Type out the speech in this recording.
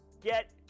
get